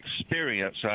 experience